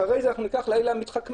אחר כך ניקח את אלה המתחכמים,